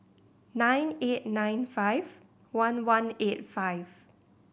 nine eight nine five one one eight five